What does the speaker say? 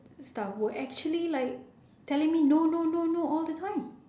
staff were actually like telling me no no no no all the time